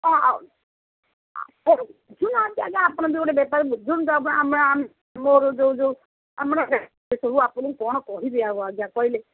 ହ ହଉ ଆପଣ ବୁଝୁନାହାନ୍ତି ଆଜ୍ଞା ଆପଣ ଯୋଉ ବେପାର ବୁଝନ୍ତୁ ଏବେ ଆମେ ଆମେ ମୋର ଯୋଉ ଯୋଉ ଆମର ସେ ସବୁ ଆପଣଙ୍କୁ କ'ଣ କହିବି ଆଉ ଆଜ୍ଞା କହିଲେ